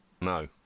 No